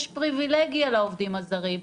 יש פריווילגיה לעובדים הזרים.